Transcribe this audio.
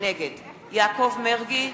נגד יעקב מרגי,